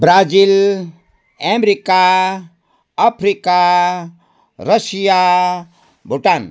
Brazil America Africa Russia Bhutan